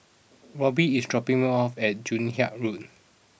Robby is dropping me off at Joon Hiang Road